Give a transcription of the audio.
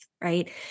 right